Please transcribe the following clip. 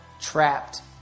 trapped